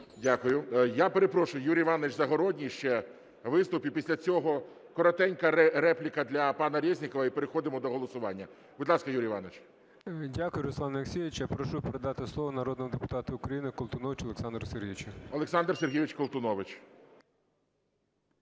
Дякую. Я перепрошую, Юрій Іванович Загородній ще виступ, і після цього коротенька репліка для пана Резнікова, і переходимо до голосування. Будь ласка, Юрій Іванович. 13:34:14 ЗАГОРОДНІЙ Ю.І. Дякую, Руслан Олексійович. Я прошу передати слово народному депутату України Колтуновичу Олександру Сергійовичу. ГОЛОВУЮЧИЙ. Олександр Сергійович Колтунович.